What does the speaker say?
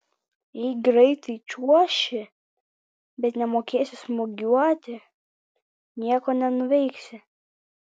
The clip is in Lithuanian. jei greitai čiuoši bet nemokėsi smūgiuoti nieko nenuveiksi